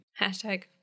Hashtag